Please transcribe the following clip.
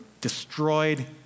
destroyed